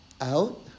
out